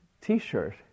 t-shirt